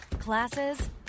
Classes